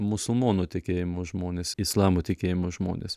musulmonų tikėjimo žmonės islamo tikėjimo žmonės